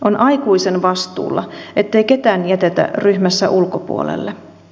on aikuisen vastuulla ettei ketään jätetä ryhmässä ulkopuolelle